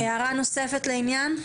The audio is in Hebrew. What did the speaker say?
הערה נוספת לעניין?